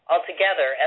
Altogether